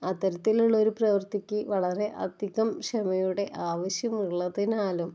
അത്തരത്തിലുള്ള ഒരു പ്രവർത്തിക്ക് വളരെ അധികം ക്ഷമയോടെ ആവശ്യമുള്ളതിനാലും